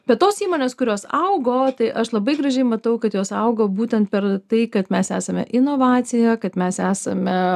bet tos įmonės kurios augo tai aš labai gražiai matau kad jos augo būtent per tai kad mes esame inovacija kad mes esame